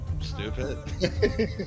stupid